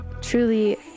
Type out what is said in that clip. truly